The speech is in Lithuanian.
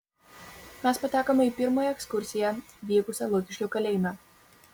mes patekome į pirmąją ekskursiją vykusią lukiškių kalėjime